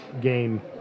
game